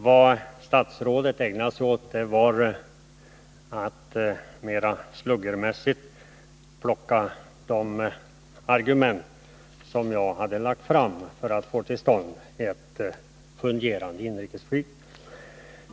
Det statsrådet ägnade sig åt var att mera sluggermässigt plocka sönder de argument jag hade lagt fram för att få till stånd ett fungerande inrikesflyg.